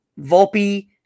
Volpe